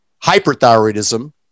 hyperthyroidism